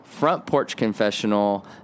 frontporchconfessional